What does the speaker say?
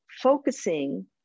focusing